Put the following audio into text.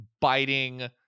biting